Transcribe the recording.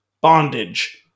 bondage